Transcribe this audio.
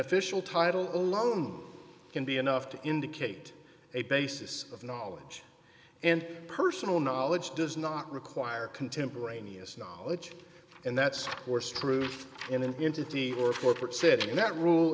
official title alone can be enough to indicate a basis of knowledge and personal knowledge does not require contemporaneous knowledge and that's horse truth and then into t or corporate said that rule